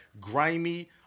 grimy